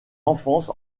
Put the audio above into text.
enfance